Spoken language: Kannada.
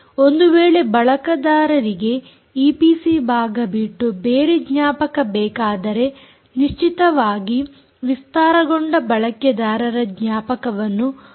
ಒಂದು ವೇಳೆ ಬಳಕೆದಾರರಿಗೆ ಈಪಿಸಿ ಭಾಗ ಬಿಟ್ಟು ಬೇರೆ ಜ್ಞಾಪಕ ಬೇಕಾದರೆ ನಿಶ್ಚಿತವಾಗಿ ವಿಸ್ತಾರಗೊಂಡ ಬಳಕೆದಾರರ ಜ್ಞಾಪಕವನ್ನು ಹೊಂದಬಹುದು